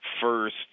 first